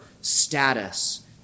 status